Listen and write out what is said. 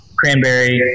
cranberry